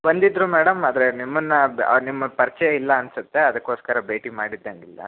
ಬಂದಿದ್ದರು ಮೇಡಮ್ ಆದರೆ ನಿಮ್ಮನ್ನು ಬೇ ನಿಮ್ಮ ಪರಿಚಯ ಇಲ್ಲ ಅನ್ಸುತ್ತೆ ಅದಕ್ಕೋಸ್ಕರ ಭೇಟಿ ಮಾಡಿದ್ದಂಗಿಲ್ಲ